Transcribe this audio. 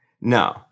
No